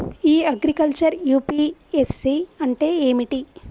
ఇ agriculture UPSC అంటే ఏమిటి?